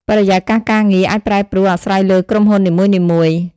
បរិយាកាសការងារអាចប្រែប្រួលអាស្រ័យលើក្រុមហ៊ុននីមួយៗ។